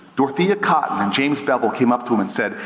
dorothy cotton and james bevel, came up to him and said,